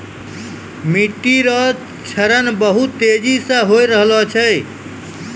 मिट्टी रो क्षरण बहुत तेजी से होय रहलो छै